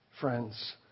friends